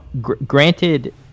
granted